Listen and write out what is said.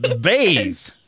Bathe